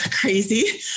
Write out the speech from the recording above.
crazy